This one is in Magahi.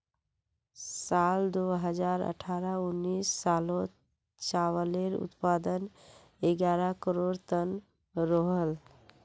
साल दो हज़ार अठारह उन्नीस सालोत चावालेर उत्पादन ग्यारह करोड़ तन रोहोल